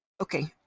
okay